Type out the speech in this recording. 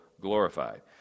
glorified